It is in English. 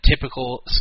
typical